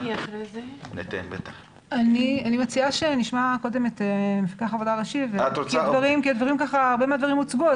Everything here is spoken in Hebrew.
אני מציעה שנשמע קודם את מפקח העבודה הראשי כי הרבה מהדברים הוצגו,